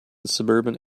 suburban